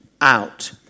out